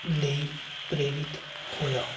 ਲਈ ਪ੍ਰੇਰਿਤ ਹੋਇਆ